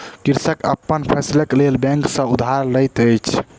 कृषक अपन फसीलक लेल बैंक सॅ उधार लैत अछि